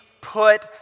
put